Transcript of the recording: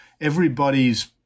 everybody's